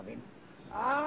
i mean i